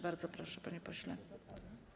Bardzo proszę, panie pośle.